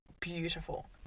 beautiful